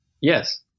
Yes